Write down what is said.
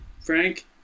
Frank